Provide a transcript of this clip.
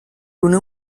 una